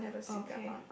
okay